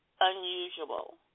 unusual